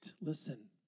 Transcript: listen